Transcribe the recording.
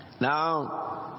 Now